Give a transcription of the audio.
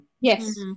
Yes